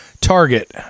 Target